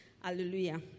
Hallelujah